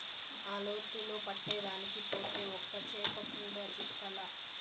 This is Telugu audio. ఆ లోతులో పట్టేదానికి పోతే ఒక్క చేప కూడా చిక్కలా